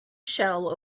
shell